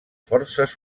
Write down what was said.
forces